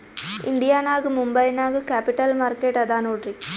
India ನಾಗ್ ಮುಂಬೈ ನಾಗ್ capital market ಅದಾ ನೋಡ್ರಿ